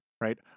Right